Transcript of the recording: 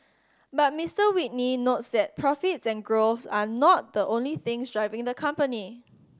but Mister Whitney notes that profits and growth are not the only things driving the company